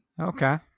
okay